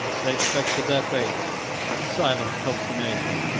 they expected their fate in silent consternation.